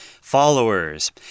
followers